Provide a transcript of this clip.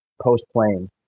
post-playing